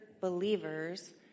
believers